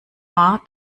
war